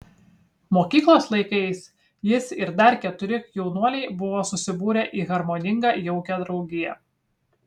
mokyklos laikais jis ir dar keturi jaunuoliai buvo susibūrę į harmoningą jaukią draugiją